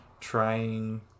trying